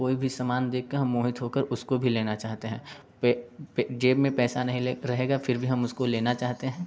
कोई भी सामान देख के हम मोहित होकर हम उसको भी लेना चाहते है वे वे जेब में पैसा नहीं ले रहेगा फिर भी हम उसको लेना चाहते हैं